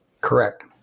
Correct